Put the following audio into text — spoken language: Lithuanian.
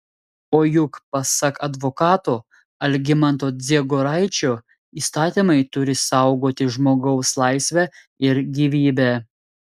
o juk pasak advokato algimanto dziegoraičio įstatymai turi saugoti žmogaus laisvę ir gyvybę